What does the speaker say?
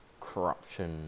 corruption